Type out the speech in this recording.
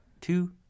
two